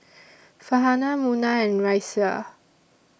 Farhanah Munah and Raisya